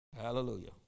Hallelujah